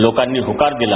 लोकांनी होकार दिला